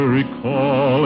recall